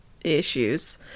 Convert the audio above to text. issues